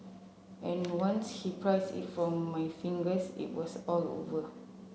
and once he prised it from my fingers it was all over